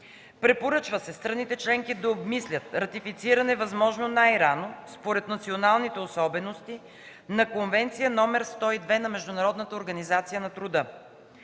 Препоръчва се страните-членки да обмислят ратифициране възможно най-рано, според националните особености, на Конвенция № 102 на Международната организация на труда.